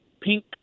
pink